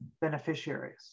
beneficiaries